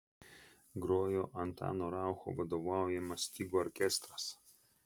grojo antano raucho vadovaujamas stygų orkestras